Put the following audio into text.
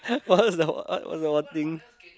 what's the what the what thing